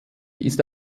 ist